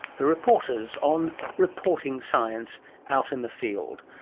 the reporters on reporting science out in the field.